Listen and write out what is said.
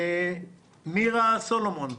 מירה סלומון,